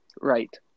Right